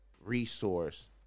resource